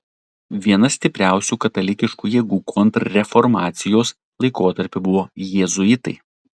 viena stipriausių katalikiškų jėgų kontrreformacijos laikotarpiu buvo jėzuitai